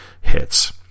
hits